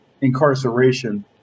incarceration